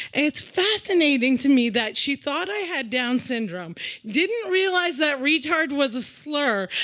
it's fascinating to me that she thought i had down syndrome didn't realize that retard was a slur,